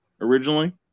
originally